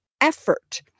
effort